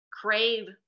crave